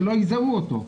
שלא יזהו אותו.